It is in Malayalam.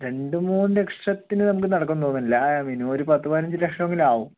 രണ്ടു മൂന്ന് ലക്ഷത്തിന് നമുക്ക് നടക്കും എന്ന് തോന്നുന്നില്ല ആ പിന്നെ ഒരു പത്ത് പതിനഞ്ച് ലക്ഷമെങ്കിലും ആവും